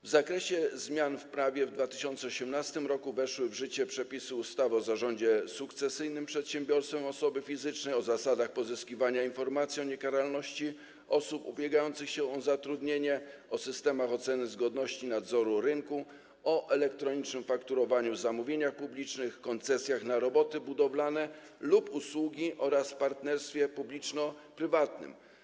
W zakresie zmian w prawie w 2018 r. weszły w życie przepisy ustaw: o zarządzie sukcesyjnym przedsiębiorstwem osoby fizycznej, o zasadach pozyskiwania informacji o niekaralności osób ubiegających się o zatrudnienie, o systemach oceny zgodności nadzoru rynku, o elektronicznym fakturowaniu w zamówieniach publicznych, koncesjach na roboty budowlane lub usługi oraz partnerstwie publiczno-prywatnym.